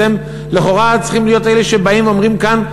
אתם לכאורה צריכים להיות אלה שבאים ואומרים כאן,